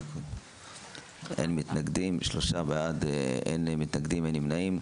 הצבעה אושר 3 בעד, אין מתנגדים, אין נמנעים.